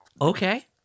Okay